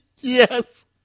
Yes